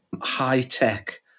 high-tech